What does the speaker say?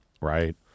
right